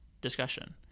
discussion